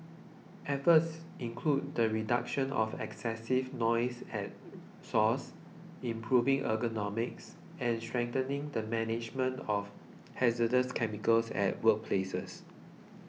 efforts include the reduction of excessive noise at source improving ergonomics and strengthening the management of hazardous chemicals at workplaces